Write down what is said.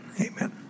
amen